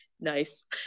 nice